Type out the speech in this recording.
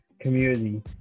community